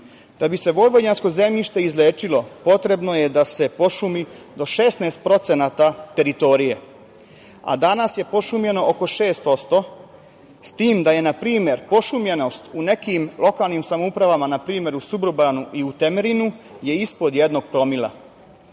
bi se vojvođansko zemljište izlečilo potrebno je da se pošumi do 16% teritorije. Danas je pošumljeno oko 6%, s tim da je npr. pošumljenost u nekim lokalnim samoupravama, npr. u Srbobranu i u Temerinu ispod jednog promila.